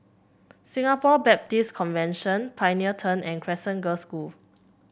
Singapore Baptist Convention Pioneer Turn and Crescent Girls' School